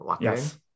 Yes